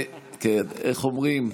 רוויזיה.